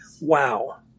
Wow